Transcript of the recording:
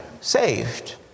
saved